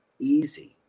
easy